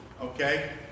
okay